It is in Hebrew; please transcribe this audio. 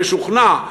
משוכנע,